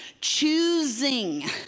choosing